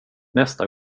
nästa